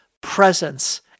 presence